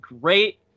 great